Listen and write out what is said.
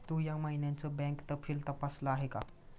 तू या महिन्याचं बँक तपशील तपासल आहे का?